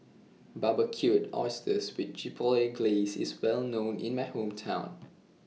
Barbecued Oysters with Chipotle Glaze IS Well known in My Hometown